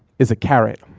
is a carrot.